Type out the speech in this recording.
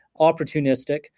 opportunistic